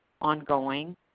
ongoing